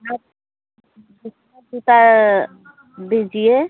आप दूसरा जूता दीजिए